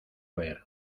ver